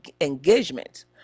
engagement